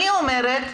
אני אומרת,